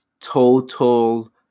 Total